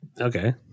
Okay